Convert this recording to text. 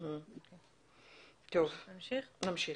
טוב, נמשיך.